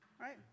right